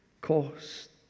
cost